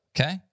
Okay